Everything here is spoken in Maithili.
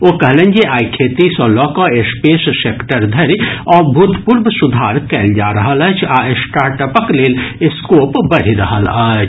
ओ कहलनि जे आइ खेती सँ लऽ कऽ स्पेस सेक्टर धरि अभूतपूर्व सुधार कयल जा रहल अछि आ स्टार्टअपक लेल स्कोप बढ़ि रहल अछि